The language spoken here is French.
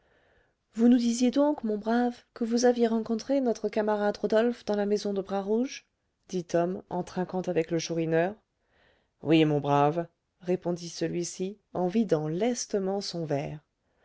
vous nous disiez donc mon brave que vous aviez rencontré notre camarade rodolphe dans la maison de bras rouge dit tom en trinquant avec le chourineur oui mon brave répondit celui-ci en vidant lestement son verre